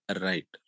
Right